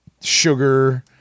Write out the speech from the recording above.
sugar